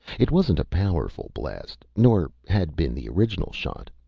it wasn't a powerful blast, nor had been the original shot.